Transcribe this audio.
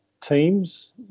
teams